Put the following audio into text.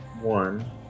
one